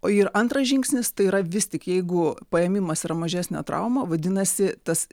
o ir antras žingsnis tai yra vis tik jeigu paėmimas yra mažesnė trauma vadinasi tas